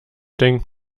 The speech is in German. denkt